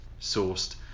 sourced